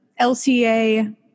LCA